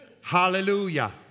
Hallelujah